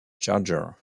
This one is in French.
charger